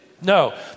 No